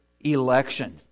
election